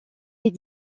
les